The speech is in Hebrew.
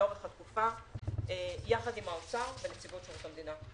לאורך התקופה, יחד עם האוצר ונציבות שירות המדינה.